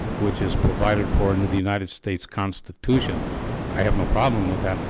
which is provided for under the united states constitution i have no problem with that.